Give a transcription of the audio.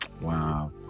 Wow